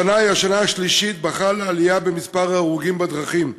השנה היא השנה השלישית שבה חלה עלייה במספר ההרוגים בדרכים,